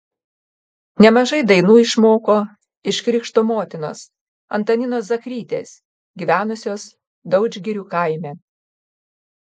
nemažai dainų išmoko iš krikšto motinos antaninos zakrytės gyvenusios daudžgirių kaime